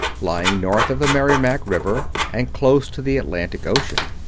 lying north of the merrimac river, and close to the atlantic ocean.